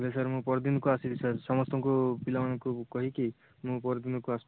ହେଲେ ସାର୍ ମୁଁ ପରଦିନକୁ ଆସିବି ସାର୍ ସମସ୍ତଙ୍କୁ ପିଲାମାନଙ୍କୁ କହିକି ମୁଁ ପରଦିନକୁ ଆସୁଛି